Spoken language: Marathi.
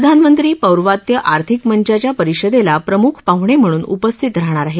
प्रधानमंत्री पौर्वात्य आर्थिक मंचाच्या परिषदेला प्रमुख पाहणे म्हणून उपस्थित राहणार आहेत